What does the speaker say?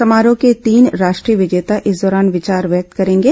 समारोह के तीन राष्ट्रीय विजेता इस दौरान विचार व्यक्त करेंगे